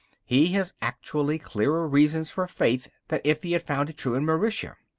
he has actually clearer reasons for faith than if he had found it true in mercia.